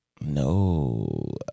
No